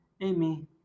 Amy